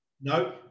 No